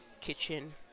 kitchen